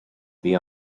bhí